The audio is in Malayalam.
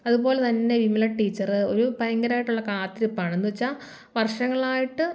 അതുപോലെതന്നെ വിമല ടീച്ചർ ഒരു ഭയങ്കരാമായിട്ടുള്ള കാത്തിരിപ്പാണ് എന്നുവെച്ചാൽ വർഷങ്ങളായിട്ട്